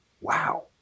Wow